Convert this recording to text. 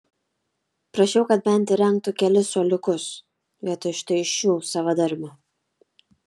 prašiau kad bent įrengtų kelis suoliukus vietoj štai šių savadarbių